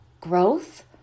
growth